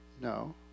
No